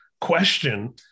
question